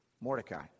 Mordecai